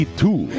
two